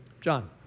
John